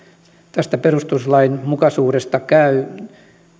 tästä perustuslainmukaisuudesta käy